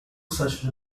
such